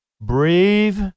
Breathe